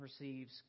receives